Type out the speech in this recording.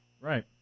Right